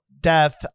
death